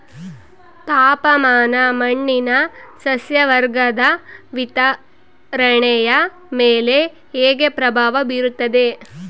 ತಾಪಮಾನ ಮಣ್ಣಿನ ಸಸ್ಯವರ್ಗದ ವಿತರಣೆಯ ಮೇಲೆ ಹೇಗೆ ಪ್ರಭಾವ ಬೇರುತ್ತದೆ?